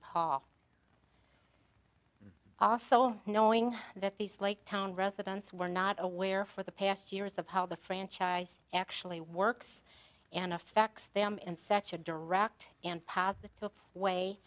hall also knowing that these like town residents were not aware for the past years of how the franchise actually works and affects them in such a direct and positive way